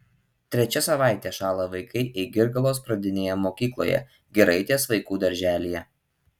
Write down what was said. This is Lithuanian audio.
trečia savaitė šąla vaikai eigirgalos pradinėje mokykloje giraitės vaikų darželyje